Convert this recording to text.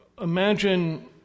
imagine